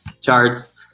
charts